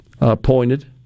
appointed